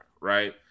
right